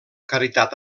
caritat